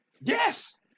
Yes